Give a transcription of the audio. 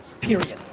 period